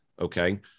okay